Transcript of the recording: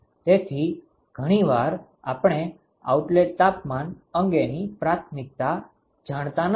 તેથી ઘણી વાર આપણે આઉટલેટ તાપમાન અંગેની પ્રાથમીકતા જાણતા નથી